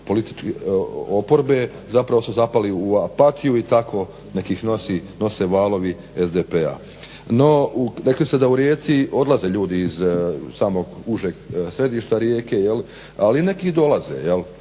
pristaše oporbe su zapali u apatiju i tako neka ih nose valovi SDP-a. No, rekli ste da u Rijeci odlaze ljudi iz samog užeg središta Rijeke ali neke i dolaze u